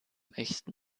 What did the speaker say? echten